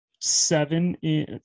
seven